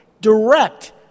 direct